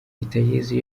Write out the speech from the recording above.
hitayezu